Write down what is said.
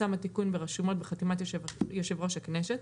יפורסם התיקון ברשומות בחתימת יושב-ראש הכנסת,